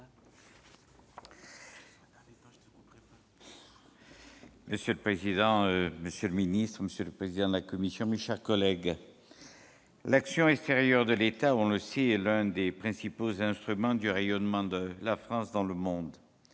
Monsieur le président, monsieur le ministre, mes chers collègues, l'action extérieure de l'État, on le sait, est l'un des principaux instruments du rayonnement de la France dans le monde.